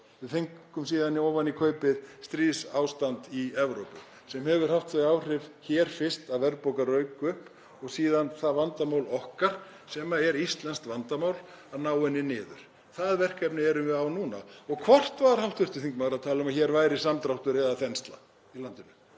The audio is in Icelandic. í kaupið fengum við stríðsástand í Evrópu sem hefur fyrst haft þau áhrif hér að verðbólga rauk upp og síðan er það vandamál okkar, sem er íslenskt vandamál, að ná henni niður. Því verkefni erum við í núna. Og hvort var hv. þingmaður að tala um að hér væri samdráttur eða þensla í landinu,